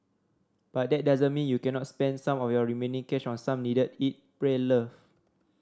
but that doesn't mean you cannot spend some of your remaining cash on some needed eat pray love